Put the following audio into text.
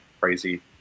crazy